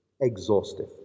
exhaustive